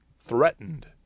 threatened